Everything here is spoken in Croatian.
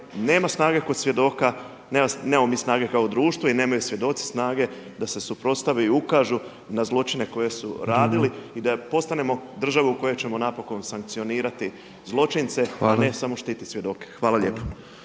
nema snage kod svjedoka, nemamo mi snage kao društvo i nemaju svjedoci snage da se suprotstave i ukažu na zločine koje su radili i da postanemo država u kojoj ćemo napokon sankcionirati zločince, a ne samo štitit svjedoke. Hvala lijepo.